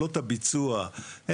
יכולות הביצוע,